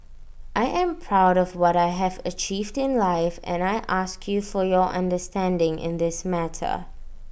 I am proud of what I have achieved in life and I ask you for your understanding in this matter